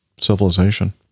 civilization